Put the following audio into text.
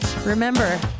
Remember